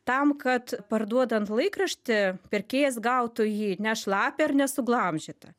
tam kad parduodant laikraštį pirkėjas gautų jį ne šlapią ir nesuglamžytą